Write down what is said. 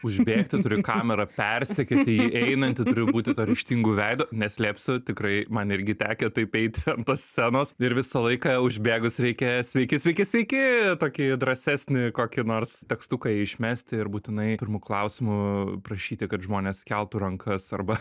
užbėgti turi kamera persekioti jį einantį turi būti tuo ryžtingu veidu neslėpsiu tikrai man irgi tekę taip eit ant tos scenos ir visą laiką užbėgus reikia sveiki sveiki sveiki tokį drąsesnį kokį nors tekstuką išmesti ir būtinai pirmu klausimu prašyti kad žmonės keltų rankas arba